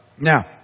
Now